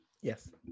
Yes